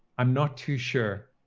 i'm not too sure.